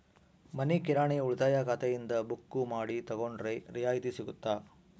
ಮನಿ ಕಿರಾಣಿ ಉಳಿತಾಯ ಖಾತೆಯಿಂದ ಬುಕ್ಕು ಮಾಡಿ ತಗೊಂಡರೆ ರಿಯಾಯಿತಿ ಸಿಗುತ್ತಾ?